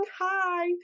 hi